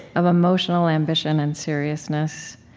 of emotional ambition and seriousness.